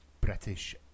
British